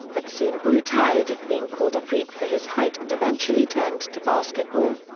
but soon grew tired of being called a freak for his height and eventually turned to basketball.